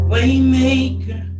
Waymaker